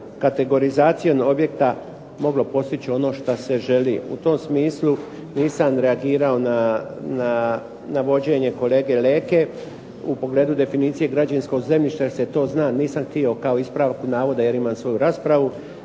kategorizacijom objekta moglo postići ono šta se želi. U tom smislu nisam reagirao na vođenje kolege Leke u pogledu definicije građevinskog zemljišta jer se to zna, nisam htio kao ispravku navoda jer imam svoju raspravu.